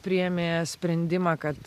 priėmė sprendimą kad